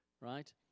Right